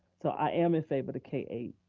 so i am in favor of the k eight,